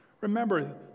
Remember